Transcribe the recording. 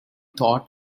thought